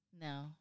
No